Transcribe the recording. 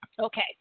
Okay